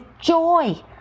joy